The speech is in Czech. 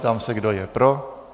Ptám se, kdo je pro.